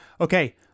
Okay